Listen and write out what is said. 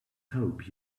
hope